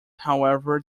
however